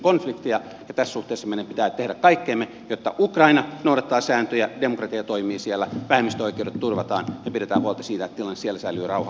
tässä suhteessa meidän pitää tehdä kaikkemme jotta ukraina noudattaa sääntöjä demokratia toimii siellä vähemmistön oikeudet turvataan ja pidetään huolta siitä että tilanne siellä säilyy rauhallisena